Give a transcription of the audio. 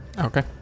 Okay